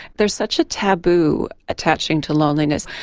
there's such a taboo attaching to loneliness,